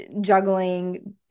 juggling